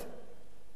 מדברים על תוכנית